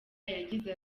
yagize